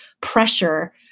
pressure